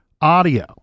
audio